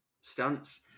stance